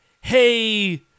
hey